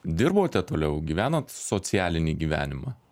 dirbote toliau gyvenot socialinį gyvenimą